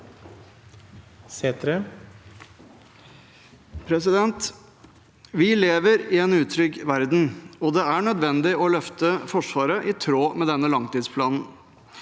Vi lever i en utrygg ver- den, og det er nødvendig å løfte Forsvaret, i tråd med denne langtidsplanen.